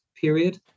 period